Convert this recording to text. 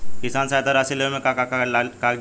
किसान सहायता राशि लेवे में का का कागजात लागी?